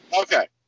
Okay